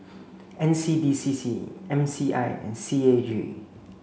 N C D C C M C I and C A G